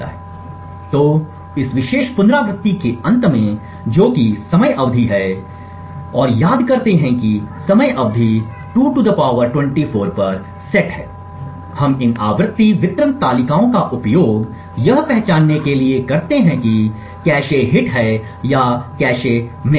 तो इस विशेष पुनरावृत्ति के अंत में जो कि समय अवधि है और याद करते हैं कि समय अवधि 2 24 पर सेट है हम इन आवृत्ति वितरण तालिकाओं का उपयोग यह पहचानने के लिए करते हैं कि कैश हिट है या कैश मिस